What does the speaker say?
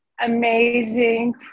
amazing